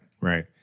right